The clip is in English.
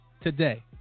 today